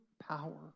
Power